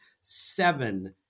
seven